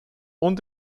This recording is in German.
und